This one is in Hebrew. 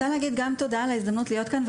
תודה על ההזדמנות להיות כאן.